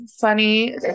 funny